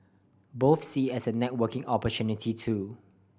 both see as a networking opportunity too